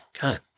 God